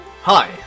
Hi